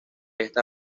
esta